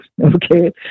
Okay